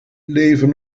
leven